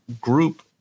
group